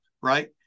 right